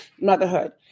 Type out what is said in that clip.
motherhood